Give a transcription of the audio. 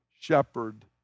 shepherd